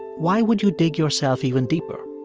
why would you dig yourself even deeper?